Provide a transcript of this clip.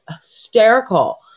hysterical